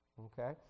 Okay